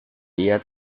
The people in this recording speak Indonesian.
dia